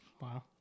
Wow